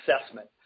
assessment